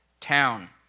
town